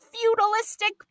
feudalistic